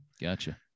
Gotcha